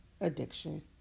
addiction